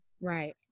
Right